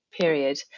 period